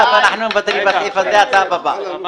אסף, אנחנו מוותרים על הסעיף הזה, השלב הבא.